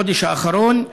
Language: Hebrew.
בחודש האחרון,